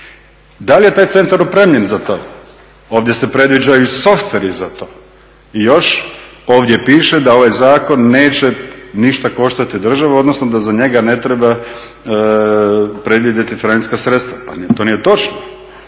Da li je taj centar opremljen za to? Ovdje se predviđaju softveri za to. I još ovdje piše da ovaj zakon neće ništa koštati državu odnosno da za njega ne treba predvidjeti financijska sredstva, pa to nije točno